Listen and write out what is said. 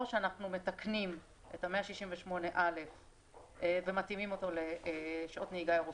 או שאנחנו מתקנים את 168א ומתאימים אותו לשעות נהיגה אירופאית,